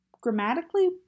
grammatically